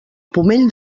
pomell